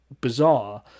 bizarre